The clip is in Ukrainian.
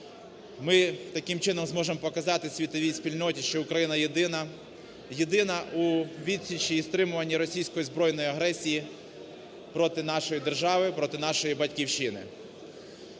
ми таким чином зможемо показати світовій спільноті, що Україна єдина, єдина у відсічі і стримуванні російської збройної агресії проти нашої держави, проти нашої Батьківщини.